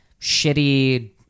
shitty